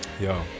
Yo